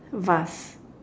vase